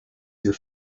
your